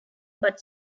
but